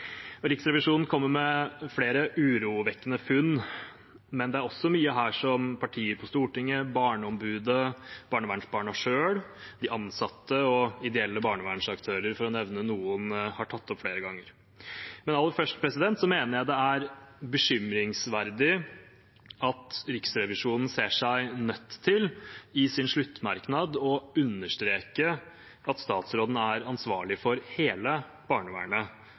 Riksrevisjonen kommer med flere urovekkende funn, men det er også mye her som partier på Stortinget, Barneombudet, barnevernsbarna selv, de ansatte og ideelle barnevernsaktører, for å nevne noen, har tatt opp flere ganger. Aller først mener jeg det er bekymringsverdig at Riksrevisjonen i sin sluttmerknad ser seg nødt til å understreke at statsråden er ansvarlig for hele barnevernet